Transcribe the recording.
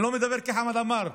אני לא מדבר כחמד עמאר,